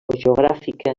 geogràfica